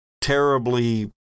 terribly